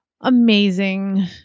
amazing